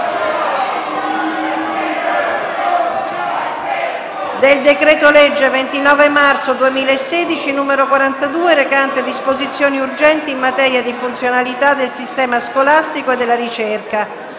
del decreto-legge 29 marzo 2016, n. 42, recante disposizioni urgenti in materia di funzionalità del sistema scolastico e della ricerca***